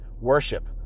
worship